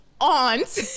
aunt